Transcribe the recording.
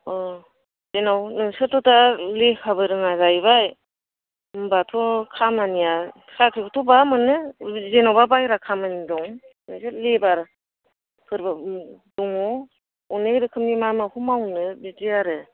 अ' जेनेबा नोंसोरथ' दा लेखाबो रोङा जाहैबाय होनबाथ' खामानिया साख्रिबोथ' बहा मोननो बिदि जेनेबा बाहेरा खामानि दं लेबार फोरबो दङ अनेक रोखोमनि मा माखौ मावनो बिदि आरो